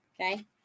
Okay